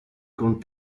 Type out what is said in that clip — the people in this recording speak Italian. con